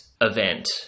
event